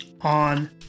on